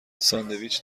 ساندویچ